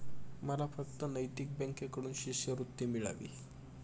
मला फक्त नैतिक बँकेकडून शिष्यवृत्ती मिळाली